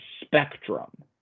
spectrum